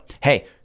hey